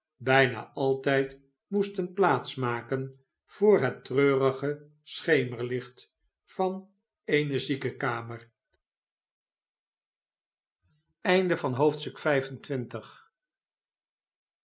bijna altijd moesten plaats maken voor het tjreurige schemerlicht van eene ziekenkamer